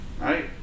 right